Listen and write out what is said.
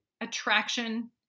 attraction